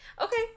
Okay